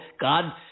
God